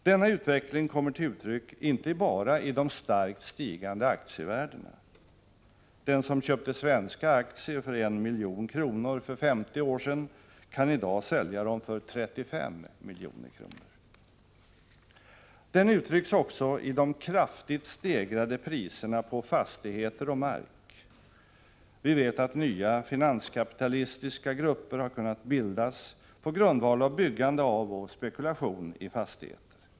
Denna utveckling kommer till uttryck inte bara i de starkt stigande aktievärdena — den som köpte svenska aktier för 1 milj.kr. för 50 år sedan kan i dag sälja dem för 35 milj.kr. — utan också i de kraftigt stegrade priserna på fastigheter och mark. Vi vet att nya finanskapitalistiska grupper har kunnat bildas på grundval av byggande av och spekulation i fastigheter.